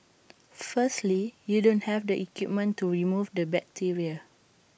firstly you don't have the equipment to remove the bacteria